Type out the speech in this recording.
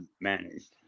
managed